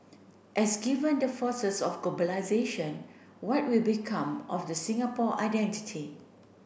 as given the forces of globalisation what will become of the Singapore identity